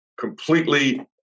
completely